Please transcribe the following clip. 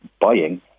buying